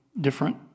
different